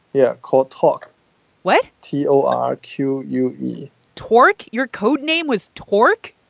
yeah, called torque what? t o r q u e torque? your code name was torque?